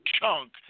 chunk